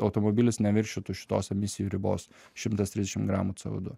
automobilis neviršytų šitos emisijų ribos šimtas trisdešimt gramų c o du